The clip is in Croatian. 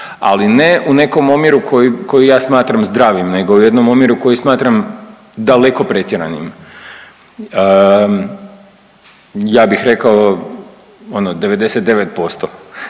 ali ne u nekom omjeru koji ja smatram zdravim, nego u jednom omjeru koji smatram daleko pretjeranim. Ja bih rekao ono